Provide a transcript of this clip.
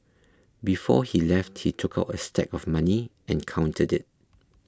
before he left he took out a stack of money and counted it